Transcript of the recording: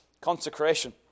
Consecration